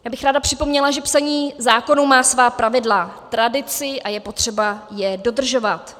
Já bych ráda připomněla, že psaní zákonů má svá pravidla, tradici a je potřeba je dodržovat.